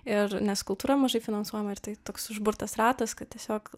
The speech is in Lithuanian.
ir nes kultūra mažai finansuojama ir tai toks užburtas ratas kad tiesiog